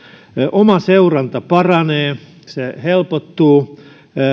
oma seuranta paranee ja helpottuu